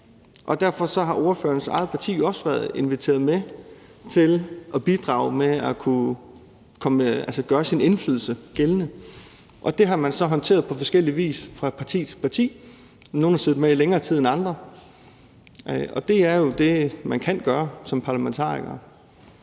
og derfor har ordførerens eget parti jo også været inviteret med til at bidrage og gøre sin indflydelse gældende. Det har man så håndteret på forskellig vis fra parti til parti; nogle har siddet med i længere tid end andre. Og det er jo det, man kan gøre som parlamentariker.